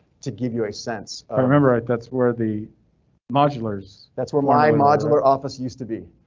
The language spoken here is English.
to give you a sense. i remember right. that's where the modulars. that's where my modular office used to be,